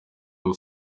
wari